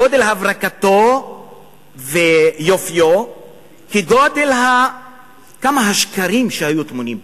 גודל הברקתו ויופיו כגודל כמות השקרים שהיו טמונים בו,